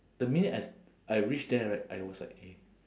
the minute I s~ I reach there right I was like eh